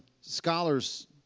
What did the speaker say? scholars